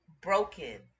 broken